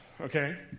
okay